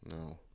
No